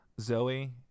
Zoe